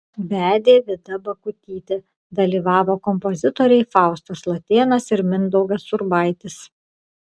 vedė vida bakutytė dalyvavo kompozitoriai faustas latėnas ir mindaugas urbaitis